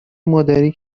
مادری